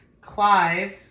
clive